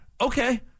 Okay